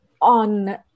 on